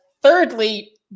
Thirdly